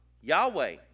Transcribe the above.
Yahweh